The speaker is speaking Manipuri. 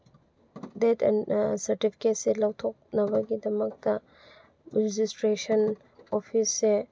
ꯗꯦꯠ ꯁꯥꯔꯇꯤꯐꯤꯀꯦꯠꯁꯦ ꯂꯧꯊꯣꯛꯅꯕꯒꯤꯗꯃꯛꯇ ꯔꯦꯖꯤꯁꯇ꯭ꯔꯦꯁꯟ ꯑꯣꯐꯤꯁꯁꯦ